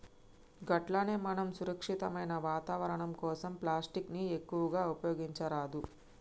గట్లనే మనం సురక్షితమైన వాతావరణం కోసం ప్లాస్టిక్ ని ఎక్కువగా ఉపయోగించరాదు